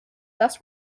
thus